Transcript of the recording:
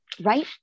Right